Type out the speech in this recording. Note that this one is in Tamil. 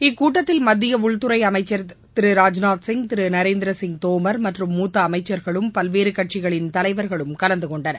இக்கூட்டத்தில் மத்திய உள்துறை அமைச்சர் திரு ராஜ்நாத்சிங் திரு நரேந்திரசிங் தோமர் மற்றும் மூத்த அமைச்சர்களும் பல்வேறு கட்சிகளின் தலைவர்களும் கலந்து கொண்டனர்